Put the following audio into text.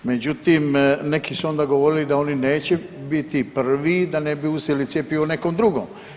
Međutim, neki su onda govorili da oni neće biti prvi da ne bi uzeli cjepivo nekom drugom.